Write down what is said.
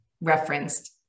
referenced